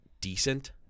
decent